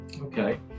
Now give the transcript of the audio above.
Okay